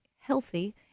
healthy